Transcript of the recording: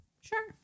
Sure